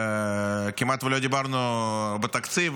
כמעט ולא דיברנו על התקציב,